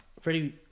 Freddie